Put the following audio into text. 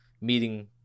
meeting